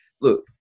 Look